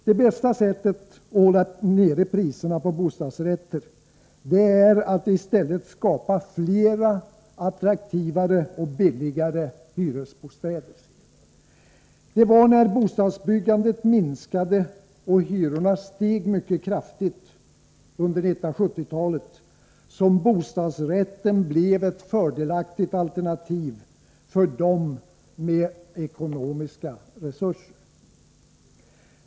Det bästa sättet att hålla nere priserna på bostadsrätter är i stället att skapa flera, attraktivare och billigare hyresbostäder. Det var när bostadsbyggandet minskade och hyrorna steg mycket kraftigt, under 1970-talet, som bostadsrätten blev ett fördelaktigt alternativ för dem med ekonomiska resurser.